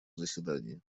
заседании